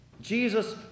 Jesus